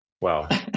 Wow